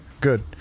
Good